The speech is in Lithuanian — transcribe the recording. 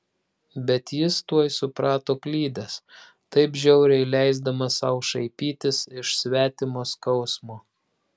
bet jis tuoj suprato klydęs taip žiauriai leisdamas sau šaipytis iš svetimo skausmo